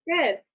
Good